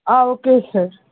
okay sir